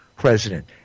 president